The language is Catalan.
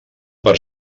per